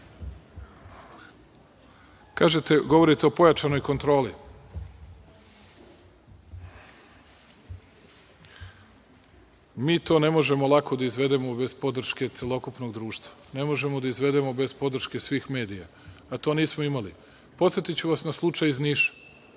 – govorite o pojačanoj kontroli. Mi to ne možemo lako da izvedemo bez podrške celokupnog društva, ne možemo da izvedemo bez podrške svih medija, a to nismo imali. Podsetiću vas na slučaj iz Niša.